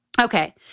Okay